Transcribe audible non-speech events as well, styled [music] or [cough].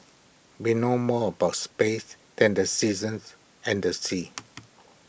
we know more about space than the seasons and the seas [noise]